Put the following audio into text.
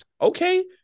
okay